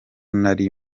nari